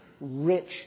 rich